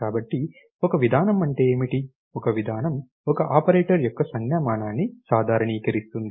కాబట్టి ఒక విధానం అంటే ఏమిటి ఒక విధానం ఒక ఆపరేటర్ యొక్క సంజ్ఞామానాన్ని సాధారణీకరిస్తుంది